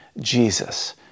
Jesus